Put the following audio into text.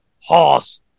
horse